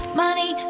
money